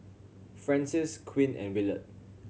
Francis Quinn and Willard